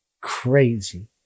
Crazy